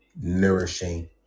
nourishing